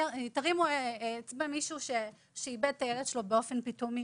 ירים אצבע מי שאיבד את הילד שלו באופן פתאומי.